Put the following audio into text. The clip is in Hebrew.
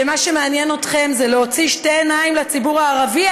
שמה שמעניין אתכם זה להוציא שתי עיניים לציבור הערבי,